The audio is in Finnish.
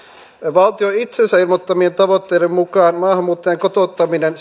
valtion itsensä ilmoittamien tavoitteiden mukaan maahanmuuttajien kotouttaminen